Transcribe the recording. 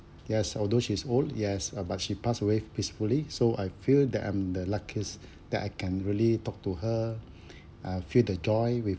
yes although she is old yes uh but she passed away peacefully so I feel that I'm the luckiest that I can really talk to her uh feel the joy with